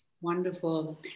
Wonderful